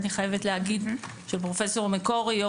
אני חייבת לומר שפרופ' מקורי,